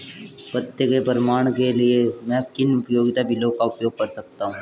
पते के प्रमाण के लिए मैं किन उपयोगिता बिलों का उपयोग कर सकता हूँ?